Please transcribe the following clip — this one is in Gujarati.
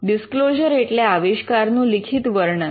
ડિસ્ક્લોઝર એટલે આવિષ્કારનું લિખિત વર્ણન